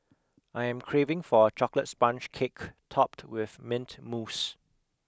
I am craving for a chocolate sponge cake topped with mint mousse